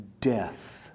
death